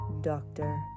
doctor